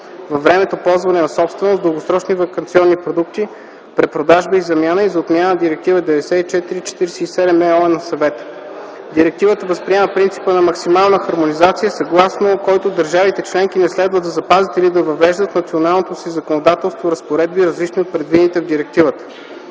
във времето ползване на собственост, дългосрочни ваканционни продукти, препродажба и замяна и за отмяна на Директива 94/47/ЕО на Съвета. Директивата възприема принципа на максимална хармонизация, съгласно който държавите – членки не следва да запазват или да въвеждат в националното си законодателство разпоредби, различни от предвидените в директивата.